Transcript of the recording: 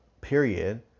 period